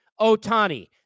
Otani